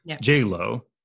J-Lo